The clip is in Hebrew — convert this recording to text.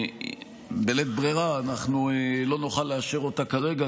בלית ברירה לא נוכל לאשר אותה כרגע,